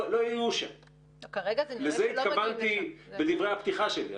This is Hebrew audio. --- לזה התכוונתי בדברי הפתיחה שלי,